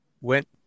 went